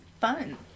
fun